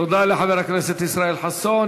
תודה לחבר הכנסת ישראל חסון.